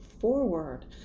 forward